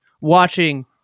watching